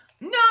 no